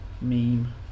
meme